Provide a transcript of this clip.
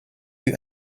eut